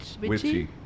witchy